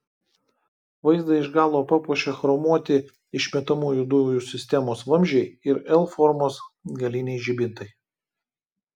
vaizdą iš galo papuošia chromuoti išmetamųjų dujų sistemos vamzdžiai ir l formos galiniai žibintai